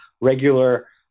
regular